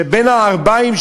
שבין הערביים,